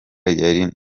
ari